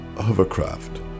hovercraft